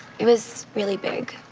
it was really big